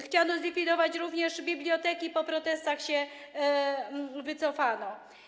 Chciano zlikwidować również biblioteki, ale po protestach się wycofano.